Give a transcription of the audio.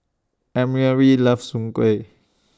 Emery loves Soon Kuih